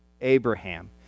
Abraham